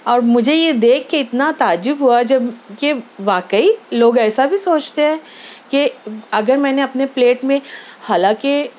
اور مجھے یہ دیکھ کے اتنا تعجب ہُوا جب کہ واقعی لوگ ایسا بھی سوچتے ہیں کہ اگر میں نے اپنے پلیٹ میں حالانکہ